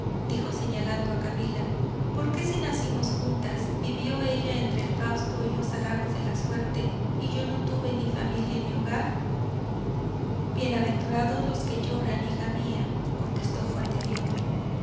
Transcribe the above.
dijo señalando a camila por qué si nacimos juntas vivió ella entre el fausto y los halagos de la suerte y yo no tuve ni familia ni hogar bienaventurados los que lloran hija mía contestó juan de dios